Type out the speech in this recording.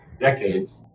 decades